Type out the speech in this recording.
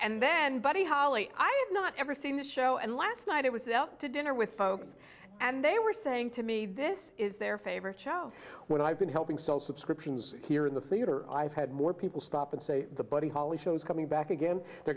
and then buddy holly i have not ever seen this show and last night it was out to dinner with folks and they were saying to me this is their favorite show what i've been helping so subscriptions here in the theater i've had more people stop and say the buddy holly shows coming back again they're